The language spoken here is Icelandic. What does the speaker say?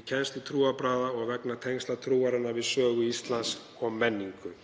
í kennslu trúarbragða og vegna tengsla trúarinnar við sögu Íslands og menningu.